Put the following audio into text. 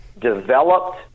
developed